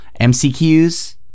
MCQs